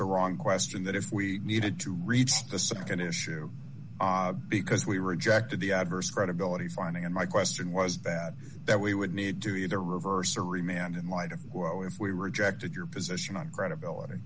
the wrong question that if we needed to reach the nd issue because we rejected the adverse credibility finding and my question was that that we would need to either reverse or remain and in light of well if we rejected your position on credibility